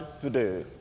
today